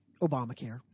Obamacare